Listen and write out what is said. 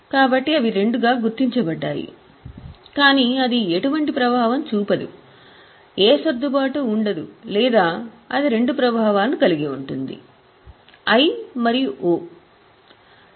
కాబట్టి అవి 2 గా గుర్తించబడ్డాయి గాని అది ఎటువంటి ప్రభావం చూపదు ఏ సర్దుబాటు ఉండదు లేదా అది రెండు ప్రభావాలను కలిగి ఉంటుంది I మరియు O